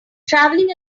traveling